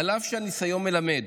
אף שהניסיון מלמד